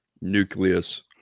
nucleus